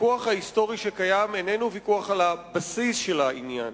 הוויכוח ההיסטורי שקיים איננו ויכוח על בסיס העניין.